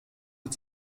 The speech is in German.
mit